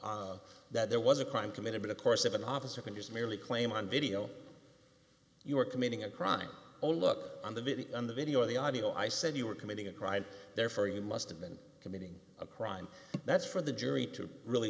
about that there was a crime committed but of course if an officer can just merely claim on video you are committing a crime only look on the video on the video the audio i said you were committing a crime therefore you must have been committing a crime that's for the jury to really